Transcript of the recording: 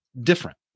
different